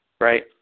right